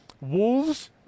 wolves